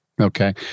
Okay